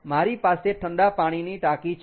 મારી પાસે ઠંડા પાણીની ટાંકી છે